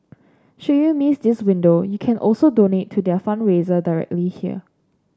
should you miss this window you can also donate to their fundraiser directly here